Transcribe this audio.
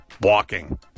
walking